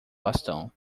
bastão